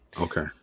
Okay